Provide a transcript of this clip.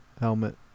helmet